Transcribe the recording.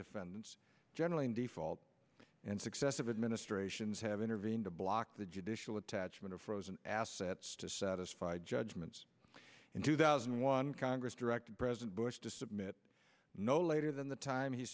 defendants generally in default and successive administrations have intervened to block the judicial attachment of frozen assets to satisfy judgments in two thousand and one congress directed president bush to submit no later than the time he